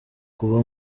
kuba